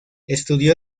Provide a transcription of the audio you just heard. estudió